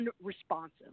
unresponsive